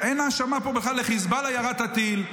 אין האשמה פה בכלל על חיזבאללה שירה את הטיל.